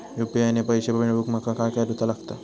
UPI ने पैशे मिळवूक माका काय करूचा लागात?